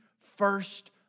first